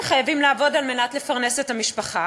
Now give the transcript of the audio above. חייבים לעבוד על מנת לפרנס את המשפחה